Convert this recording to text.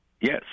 Yes